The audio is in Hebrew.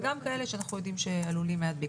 וגם כאלה שאנחנו יודעים שעלולים להדביק.